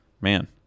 man